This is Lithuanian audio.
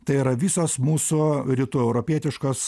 tai yra visos mūsų rytų europietiškos